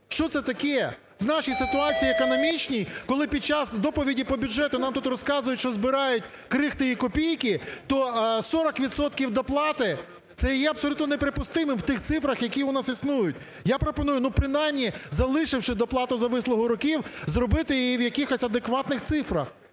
Що це таке? В нашій ситуації економічній, коли під час доповіді по бюджету нам тут розказують, що збирають крихти і копійки, то 40 відсотків доплати? Це є абсолютно неприпустимим в тих цифрах, які у нас існують. Я пропоную, ну, принаймні, залишивши доплату за вислугу років, зробити її в якихось адекватних цифрах,